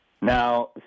Now